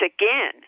again